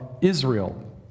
Israel